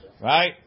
right